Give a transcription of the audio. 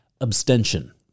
abstention